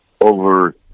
over